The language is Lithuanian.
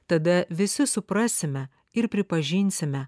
tada visi suprasime ir pripažinsime